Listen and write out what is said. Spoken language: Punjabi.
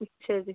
ਅੱਛਾ ਜੀ